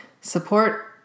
support